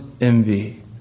envy